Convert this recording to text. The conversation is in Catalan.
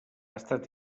estat